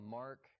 mark